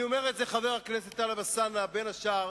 אני אומר את זה, חבר הכנסת טלב אלסאנע, בין השאר